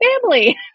family